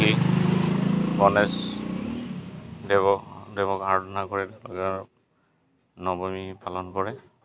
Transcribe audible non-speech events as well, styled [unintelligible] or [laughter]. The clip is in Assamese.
[unintelligible] গণেশ দেৱক দেৱক আৰাধনা কৰি [unintelligible] নৱমী পালন কৰে